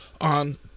on